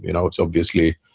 you know it's obviously,